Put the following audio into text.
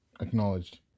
Acknowledged